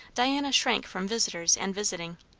diana shrank from visitors and visiting.